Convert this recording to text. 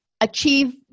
achieve